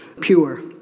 pure